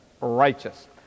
righteous